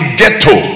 ghetto